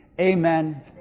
Amen